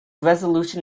resolution